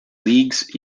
leagues